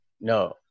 no